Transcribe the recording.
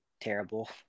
terrible